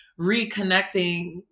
reconnecting